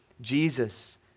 Jesus